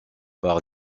par